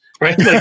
Right